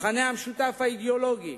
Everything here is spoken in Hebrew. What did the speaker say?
המכנה המשותף האידיאולוגי,